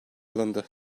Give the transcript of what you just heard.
alındı